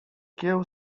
kieł